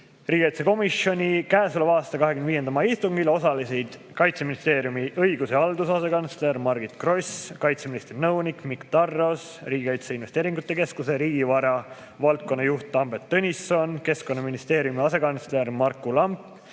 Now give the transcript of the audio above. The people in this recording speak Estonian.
Riigikaitsekomisjoni käesoleva aasta 25. mai istungil osalesid Kaitseministeeriumi õiguse ja halduse asekantsler Margit Gross, kaitseministri nõunik Mikk Tarros, Riigi Kaitseinvesteeringute Keskuse riigivara valdkonna juht Tambet Tõnisson, Keskkonnaministeeriumi asekantsler Marku Lamp